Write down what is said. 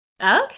okay